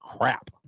crap